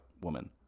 woman